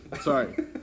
sorry